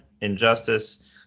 injustice